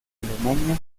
alemania